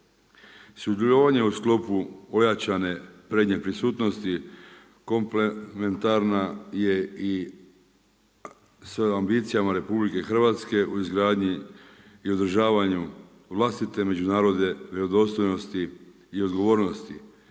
Sudjelovanje u sklopu ojačane prednje prisutnosti komplementarna je i sa ambicijama RH u izgradnji i održavanju vlastite međunarodne vjerodostojnosti i odgovornosti